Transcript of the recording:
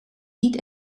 niet